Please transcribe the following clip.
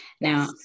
Now